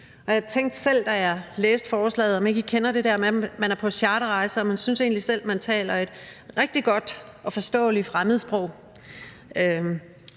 Og jeg tænkte selv, da jeg læste forslaget, om ikke I kender det der med, at man er på charterrejse, og man synes egentlig selv, at man taler et rigtig godt og forståeligt fremmedsprog.